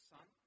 Son